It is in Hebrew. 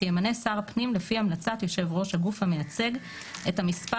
שימנה שר הפנים לפי המלצת יושב ראש הגוף המייצג את המספר